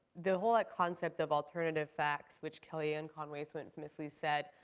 the whole concept of alternative facts, which kellyanne conway so infamously said,